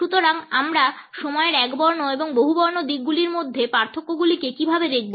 সুতরাং আমরা সময়ের একবর্ণ এবং বহুবর্ণ দিকগুলির মধ্যে পার্থক্যগুলিকে কীভাবে দেখব